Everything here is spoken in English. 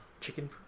Chicken